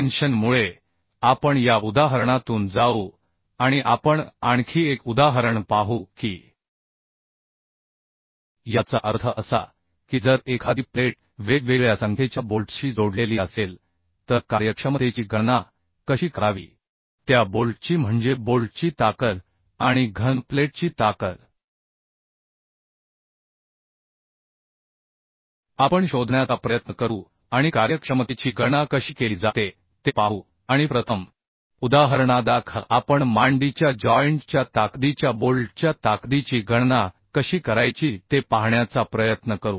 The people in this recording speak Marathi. टेन्शन मुळे आपण या उदाहरणातून जाऊ आणि आपण आणखी एक उदाहरण पाहू की याचा अर्थ असा की जर एखादी प्लेट वेगवेगळ्या संख्येच्या बोल्ट्सशी जोडलेली असेल तर कार्यक्षमतेची गणना कशी करावी त्या बोल्टची म्हणजे बोल्टची ताकद आणि घन प्लेटची ताकद आपण शोधण्याचा प्रयत्न करू आणि कार्यक्षमतेची गणना कशी केली जाते ते पाहू आणि प्रथम उदाहरणादाखल आपण मांडीच्या जॉइंट च्या ताकदीच्या बोल्टच्या ताकदीची गणना कशी करायची ते पाहण्याचा प्रयत्न करू